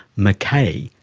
mackay,